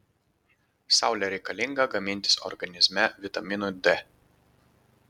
saulė reikalinga gamintis organizme vitaminui d